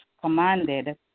commanded